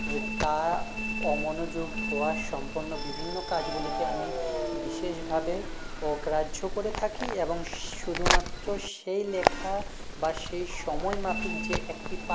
তা অমনোযোগ হওয়ার সম্পন্ন বিভিন্ন কাজগুলিকে আমি বিশেষভাবে অগ্রাহ্য করে থাকি এবং শুধুমাত্র সেই লেখা বা সেই সময়মাফিক যে একটি